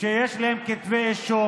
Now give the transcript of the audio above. שיש להם כתבי אישום.